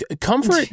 Comfort